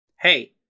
Hey